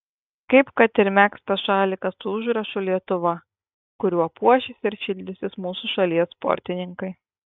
kaip kad ir megztas šalikas su užrašu lietuva kuriuo puošis ir šildysis mūsų šalies sportininkai